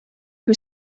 who